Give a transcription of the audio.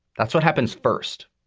that's what happens first.